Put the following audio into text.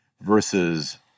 versus